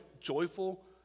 joyful